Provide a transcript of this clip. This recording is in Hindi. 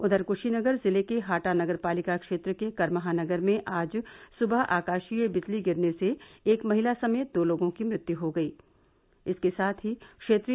उधर क्शीनगर जिले के हाटा नगर पालिका क्षेत्र के करमहा नगर में आज सुबह आकाशीय बिजली गिरने से एक महिला समेत दो लोगों की मृत्यु हो गयी